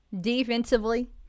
Defensively